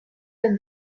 your